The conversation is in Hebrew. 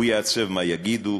הוא יעצב מה יגידו,